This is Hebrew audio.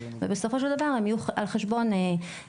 ובסופו של דבר הם יהיו על חשבון המיסים,